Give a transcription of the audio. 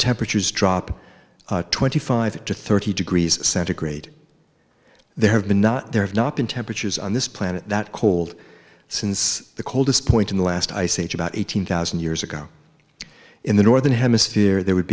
temperatures drop twenty five to thirty degrees centigrade they have been there have not been temperatures on this planet that cold since the coldest point in the last ice age about eighteen thousand years ago in the northern hemisphere there would